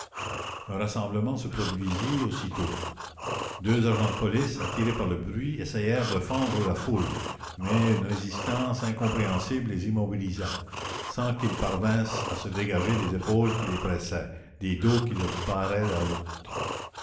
un rassemblement se produisit aussitôt deux agents de police attirés par le bruit essayèrent de fendre la foule mais une résistance incompréhensible les immobilisait sans qu'ils parvinssent à se dégager des épaules qui les pressaient des dos qui leur barraient la route